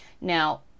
now